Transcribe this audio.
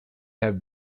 have